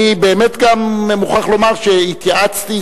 אני באמת גם מוכרח לומר שהתייעצתי,